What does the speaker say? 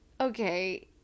okay